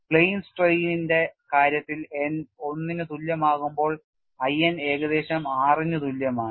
plain സ്ട്രെയിനിന്റെ കാര്യത്തിൽ n 1 ന് തുല്യമാകുമ്പോൾ I n ഏകദേശം 6 ന് തുല്യമാണ്